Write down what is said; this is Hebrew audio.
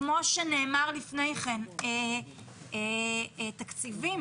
כמו שנאמר לפני כן לגבי התקציבים